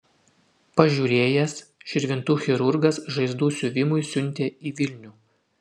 pažiūrėjęs širvintų chirurgas žaizdų siuvimui siuntė į vilnių